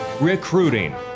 recruiting